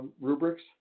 rubrics